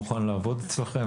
אני מוכן לעבוד אצלכם,